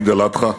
עיד אל-אדחא,